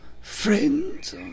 friends